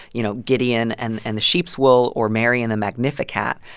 you know, gideon and and the sheep's wool or mary and the magnificat.